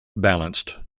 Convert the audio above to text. balanced